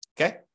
Okay